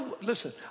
Listen